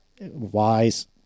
wise